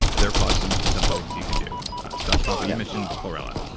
there are probably some simple things you can do doctor pompa, you mentioned chlorella.